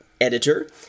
editor